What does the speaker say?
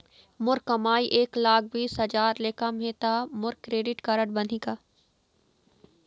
मोर कमाई एक लाख बीस हजार ले कम हे त मोर क्रेडिट कारड बनही का?